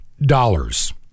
dollars